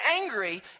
angry